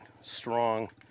strong